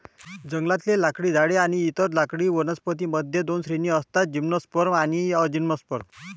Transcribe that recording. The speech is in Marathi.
जंगलातले लाकडी झाडे आणि इतर लाकडी वनस्पतीं मध्ये दोन श्रेणी असतातः जिम्नोस्पर्म आणि अँजिओस्पर्म